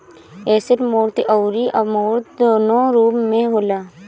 asset मूर्त अउरी अमूर्त दूनो रूप में होला